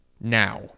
now